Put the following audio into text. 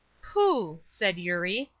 pooh! said eurie,